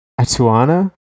Atuana